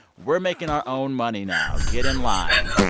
we're making our own money now. get in line.